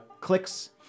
clicks